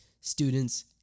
students